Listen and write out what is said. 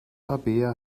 rabea